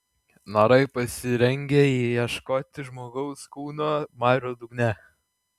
narai pasirengę ieškoti žmogaus kūno marių dugne